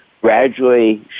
gradually